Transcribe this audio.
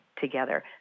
together